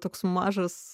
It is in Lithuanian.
toks mažas